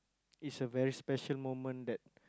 it's a very special moment that